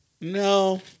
No